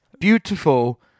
beautiful